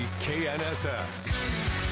KNSS